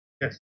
Yes